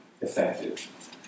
effective